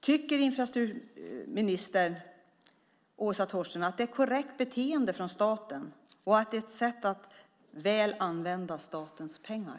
Tycker infrastrukturminister Åsa Torstensson att det är ett korrekt beteende från staten och att det är ett sätt att väl använda statens pengar?